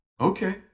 Okay